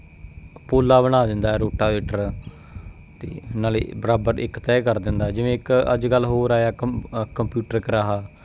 ਪੋਲਾ ਬਣਾ ਦਿੰਦਾ ਰੂਟਾਵੇਟਰ ਅਤੇ ਨਾਲ ਬਰਾਬਰ ਇੱਕ ਤਹਿ ਕਰ ਦਿੰਦਾ ਜਿਵੇਂ ਇੱਕ ਅੱਜ ਕੱਲ੍ਹ ਹੋਰ ਆਇਆ ਕੰਪ ਕੰਪਿਊਟਰ ਕਰਾਹਾ